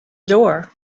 door